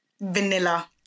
Vanilla